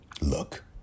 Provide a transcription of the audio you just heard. Look